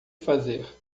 fazer